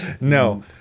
No